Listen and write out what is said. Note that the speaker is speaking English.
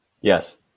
Yes